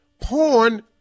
porn